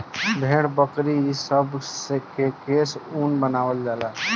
भेड़, बकरी ई हे सब के केश से ऊन बनावल जाला